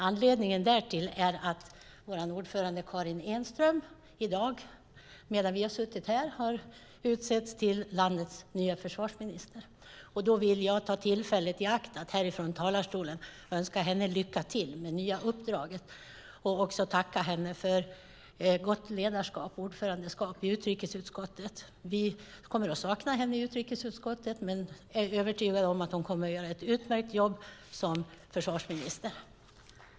Anledningen därtill är att vår ordförande Karin Enström i dag, medan vi har suttit här, har utsetts till landets nya försvarsminister. Då vill jag ta tillfället i akt att här från talarstolen önska henne lycka till med nya uppdraget och tacka henne för gott ledarskap och ordförandeskap i utrikesutskottet. Vi kommer att sakna henne i utrikesutskottet, men vi är övertygade om att hon kommer att göra ett utmärkt jobb som försvarsminister.